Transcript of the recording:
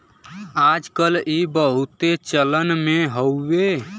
आज कल ई बहुते चलन मे हउवे